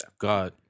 God